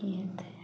कि हेतै